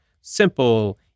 simple